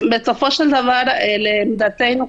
בסופו של דבר לעמדתנו,